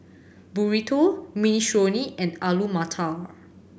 Burrito Minestrone and Alu Matar